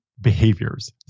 behaviors